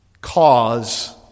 cause